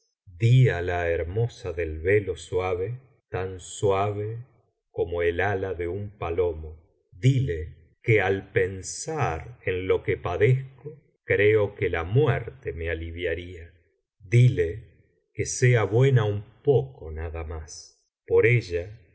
di ala hermosa del velo suave tan suave como el ala de un palomo dile que al pensar en lo que padezco creo que la muerte me aliviaría dile que sea huma un poco nada más por ella